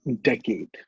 decade